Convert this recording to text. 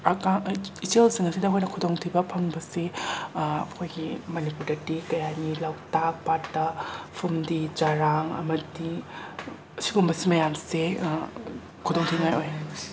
ꯏꯆꯦꯜꯁꯤꯡ ꯑꯁꯤꯗ ꯑꯩꯈꯣꯏꯅ ꯈꯨꯗꯣꯡ ꯊꯤꯕ ꯐꯪꯕꯁꯤ ꯑꯩꯈꯣꯏꯒꯤ ꯃꯅꯤꯄꯨꯔꯗꯗꯤ ꯀꯩ ꯍꯥꯥꯏꯅꯤ ꯂꯧꯇꯥꯛ ꯄꯥꯠꯇ ꯐꯨꯝꯗꯤ ꯆꯔꯥꯡ ꯑꯃꯗꯤ ꯁꯤꯒꯨꯝꯕ ꯃꯌꯥꯝꯁꯦ ꯈꯨꯗꯣꯡ ꯊꯤꯅꯤꯡꯉꯥꯏ ꯑꯣꯏ